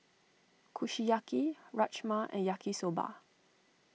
Kushiyaki Rajma and Yaki Soba